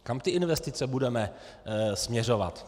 Kam investice budeme směřovat?